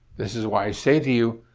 this is why i say to you,